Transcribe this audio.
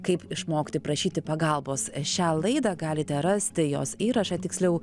kaip išmokti prašyti pagalbos šią laidą galite rasti jos įrašą tiksliau